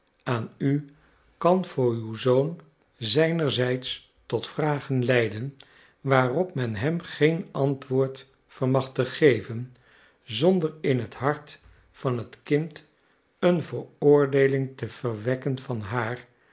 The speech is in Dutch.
aan u kan voor uw zoon zijnerzijds tot vragen leiden waarop men hem geen antwoord vermag te geven zonder in het hart van het kind een veroordeeling te verwekken van haar